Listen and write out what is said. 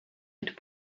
had